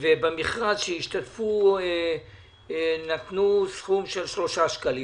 ובמכרז שהשתתפו נתנו סכום של 3 שקלים.